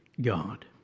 God